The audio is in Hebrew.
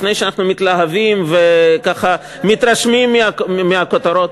לפני שאנחנו מתלהבים וככה מתרשמים מהכותרות,